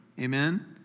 Amen